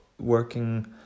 working